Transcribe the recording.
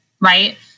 right